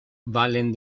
valen